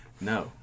No